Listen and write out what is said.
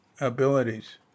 abilities